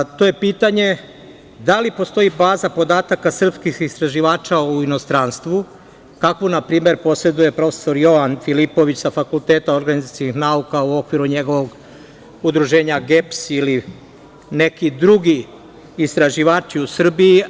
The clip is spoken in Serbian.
To je pitanje – da li postoji baza podataka srpskih istraživača u inostranstvu kakvu, na primer poseduje profesor Jovan Filipović sa FON u okviru njegovog udruženja GEPS ili neki drugi istraživači u Srbiji?